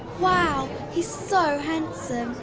wow, he's so handsome.